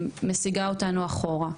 שמשיגה אותנו אחורה.